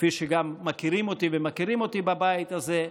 כפי שגם מכירים אותי, ומכירים אותי בבית הזה,